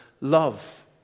love